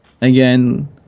again